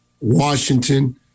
Washington